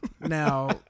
Now